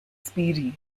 speedy